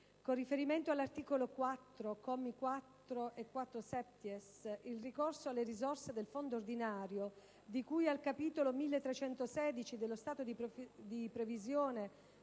con riferimento all'articolo 4, commi 4 e 4-*septies*, il ricorso alle risorse del fondo ordinario di cui al capitolo 1316 dello stato di previsione